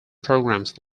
programs